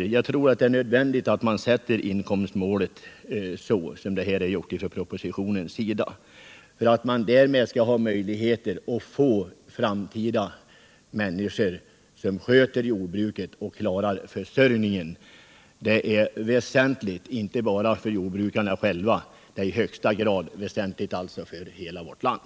jag tror att det är nödvändigt att man sätter inkomstmålet så som departementschefen gjort i propositionen för att i en framtid få människor till jordbruket som klarar försörjningen. Det är väsentligt inte bara för jordbrukarna själva — det är i högsta grad väsentligt för hela vårt land.